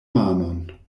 manon